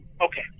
Okay